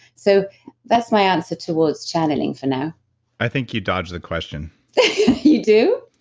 so that's my answer to what's channeling for now i think you dodged the question you do?